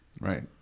Right